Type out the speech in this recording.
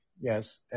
Yes